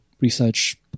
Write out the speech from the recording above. research